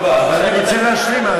אני כבר חושב, אני רוצה להשלים.